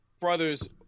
brothers